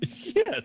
Yes